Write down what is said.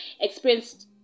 experienced